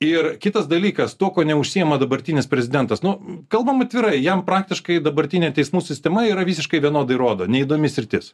ir kitas dalykas tuo neužsiima dabartinis prezidentas nu kalbam atvirai jam praktiškai dabartinė teismų sistema yra visiškai vienodai rodo neįdomi sritis